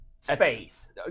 Space